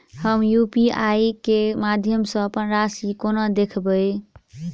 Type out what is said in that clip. हम यु.पी.आई केँ माध्यम सँ अप्पन राशि कोना देखबै?